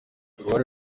uruhare